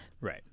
right